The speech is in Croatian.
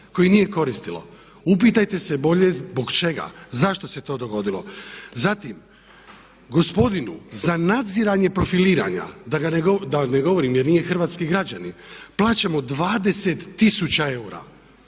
koje nije koristilo. Upitajte se bolje zbog čega, zašto se to dogodilo? Zatim gospodinu za nadziranje profiliranja, da ne govorim jer nije hrvatski građanin plaćamo 20000 eura.